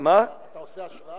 מה, אתה עושה השוואה?